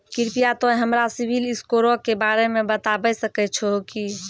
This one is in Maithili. कृपया तोंय हमरा सिविल स्कोरो के बारे मे बताबै सकै छहो कि?